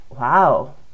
wow